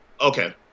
Okay